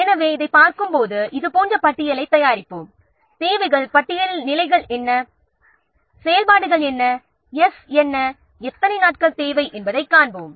எனவே நாம் இதைப் பார்க்கும்போது இது போன்ற பட்டியலைத் தயாரிப்போம் தேவை பட்டியலின் நிலைகள் என்ன செயல்பாடுகள் என்ன 's' என்ன எத்தனை நாட்கள் தேவை என்பதைக் காண்போம்